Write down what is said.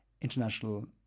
international